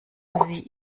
sie